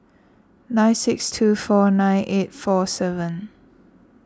nine six two four nine eight four seven